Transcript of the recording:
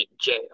jail